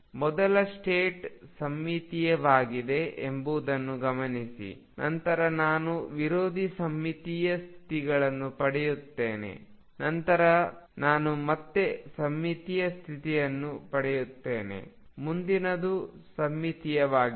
ಮೊದಲ ಸ್ಟೇಟ್ ಸಮ್ಮಿತೀಯವಾಗಿದೆ ಎಂಬುದನ್ನು ಗಮನಿಸಿ ನಂತರ ನಾನು ವಿರೋಧಿ ಸಮ್ಮಿತೀಯ ಸ್ಥಿತಿಯನ್ನು ಪಡೆಯುತ್ತೇನೆ ನಂತರ ನಾನು ಮತ್ತೆ ಸಮ್ಮಿತೀಯ ಸ್ಥಿತಿಯನ್ನು ಪಡೆಯುತ್ತೇನೆ ಮುಂದಿನದು ಸಮ್ಮಿತೀಯವಾಗಿರುತ್ತದೆ